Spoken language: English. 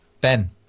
Ben